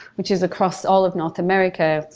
which is across all of north america,